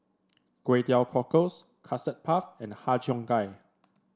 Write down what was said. Kway Teow Cockles Custard Puff and Har Cheong Gai